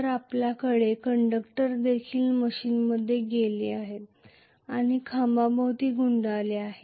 तर आपल्याकडे कंडक्टर देखील मशीनमध्ये गेले आहेत आणि खांबाभोवती गुंडाळले आहेत